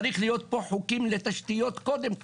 צריך להיות פה חוקים לתשתיות, קודם כל.